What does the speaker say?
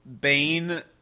Bane